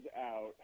out